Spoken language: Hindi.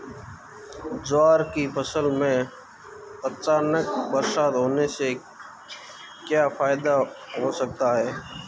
ज्वार की फसल में अचानक बरसात होने से क्या फायदा हो सकता है?